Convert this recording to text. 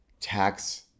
tax